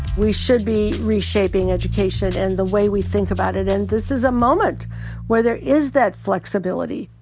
we should be reshaping education and the way we think about it. and this is a moment where there is that flexibility.